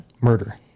murder